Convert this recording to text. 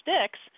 sticks